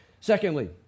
Secondly